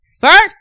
First